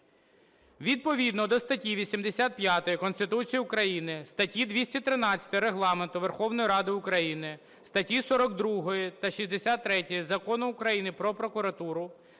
Відповідно до статті 85 Конституції України, статті 213 Регламенту Верховної Ради України, статті 42 та 63 Закону України "Про прокуратуру"